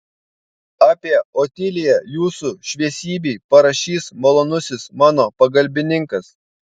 apie otiliją jūsų šviesybei parašys malonusis mano pagalbininkas